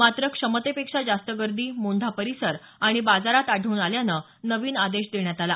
मात्र क्षमतेपेक्षा जास्त गर्दी मोंढा परिसर आणि बाजारात आढळून आल्यानं नवीन आदेश देण्यात आला